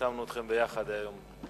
שמנו אתכם ביחד היום.